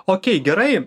okei gerai